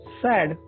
sad